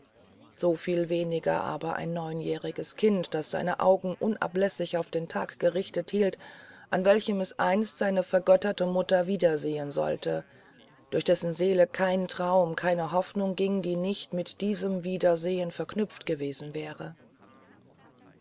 wie viel weniger aber ein neunjähriges kind das sein auge unablässig auf den tag gerichtet hielt an welchem es einst seine vergötterte mutter wiedersehen sollte durch dessen seele kein traum keine hoffnung ging die nicht mit diesem wiedersehen verknüpft gewesen wäre